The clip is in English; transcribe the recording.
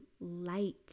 light